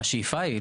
השאיפה היא,